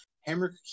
Hammer